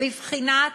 בבחינת